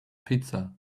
pizza